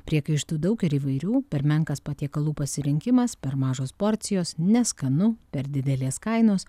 priekaištų daug ir įvairių per menkas patiekalų pasirinkimas per mažos porcijos neskanu per didelės kainos